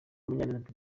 munyaneza